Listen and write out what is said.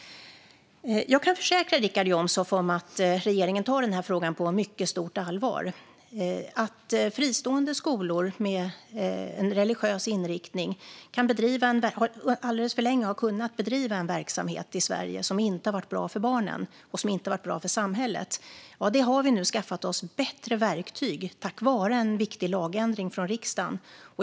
Jag kan försäkra Richard Jomshof om att regeringen tar den här frågan på mycket stort allvar. Att fristående skolor med religiös inriktning alldeles för länge har kunnat bedriva en verksamhet i Sverige som inte har varit bra för barnen eller för samhället har vi nu skaffat oss bättre verktyg att hantera tack vare en viktig lagändring i riksdagen.